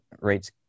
rates